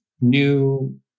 new